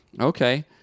okay